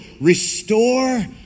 restore